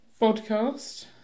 podcast